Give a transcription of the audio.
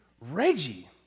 Reggie